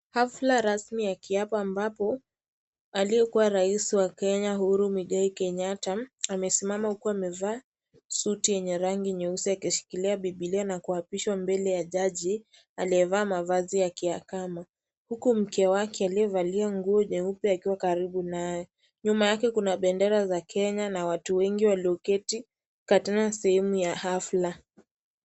Hafla rasmi ya kiapo ambapo aliyekuwa rais wa Kenya Uhuru Muigai Kenyatta amesimama huku amevaa suti yenye rangi nyeusi akishikilia Bibilia na kuapishwa mbele ya jaji aliyevaa mavazi ya kiakama huku mke wake aliyevalia nguo jeupe akiwa karibu naye, nyuma yake kuna bendera za Kenya na watu wengi walioketi katika sehemu ya hafla.